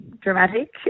dramatic